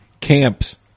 camps